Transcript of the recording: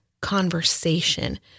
conversation